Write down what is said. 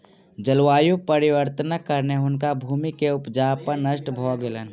जलवायु परिवर्तनक कारणेँ हुनकर भूमि के उपजाऊपन नष्ट भ गेलैन